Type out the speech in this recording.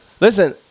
Listen